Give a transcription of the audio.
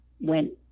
went